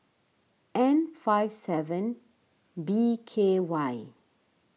N five seven B K Y